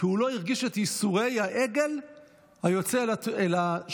היא לא הרגיש את ייסורי העגל היוצא אל השחיטה.